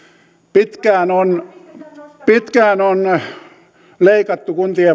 pitkään on pitkään on leikattu kuntien